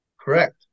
Correct